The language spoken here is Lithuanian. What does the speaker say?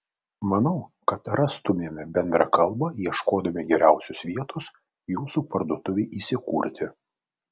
manau kad rastumėme bendrą kalbą ieškodami geriausios vietos jūsų parduotuvei įsikurti